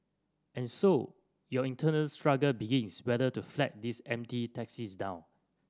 and so your internal struggle begins whether to flag these empty taxis down